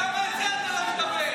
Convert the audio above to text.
למה על זה אתה לא מדבר?